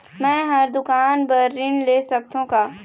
मैं हर दुकान बर ऋण ले सकथों का?